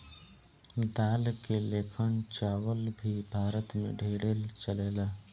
दाल के लेखन चावल भी भारत मे ढेरे चलेला